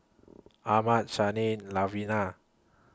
Armand Shanae Lavina